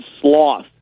sloth